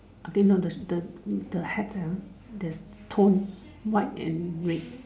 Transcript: okay no the the the head sia ya the tone white and red